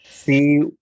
See